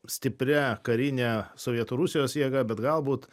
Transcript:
stipria karine sovietų rusijos jėga bet galbūt